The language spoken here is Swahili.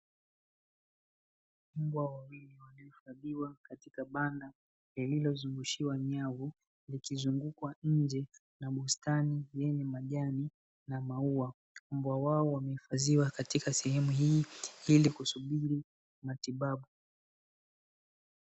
Mbwa wawili waliofungiwa katika banda lililo zungushiwa nyavu likizungukwa nje na bustani yenye majani na maua. Mbwa hao wahifadhiwa katika sehemu hii ili kusubiri matibabu.